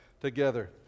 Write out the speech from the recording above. together